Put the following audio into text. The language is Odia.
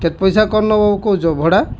କେତେ ପଇସା କମ୍ ନବ କହୁଛ ଭଡ଼ା